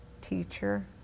teacher